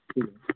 ठीक